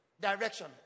direction